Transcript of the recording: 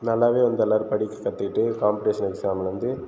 நல்லாவே வந்து எல்லோரும் படிக்க கத்துக்கிட்டு காம்படிஷன் எக்ஸாமில் வந்து